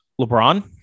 LeBron